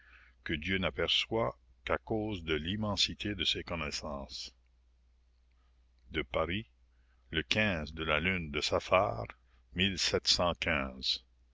que dieu n'aperçoit qu'à cause de l'immensité de ses connoissances à paris le de la lune de saphar